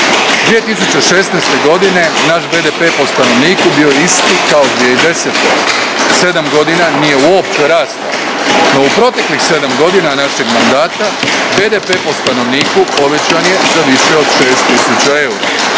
2016. godine naš BDP po stanovniku bio je isti kao 2010., sedam godina nije uopće rastao, no, u proteklih sedam godina našeg mandata BDP po stanovniku povećan je za više od 6000 eura.